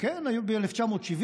היו ב-1970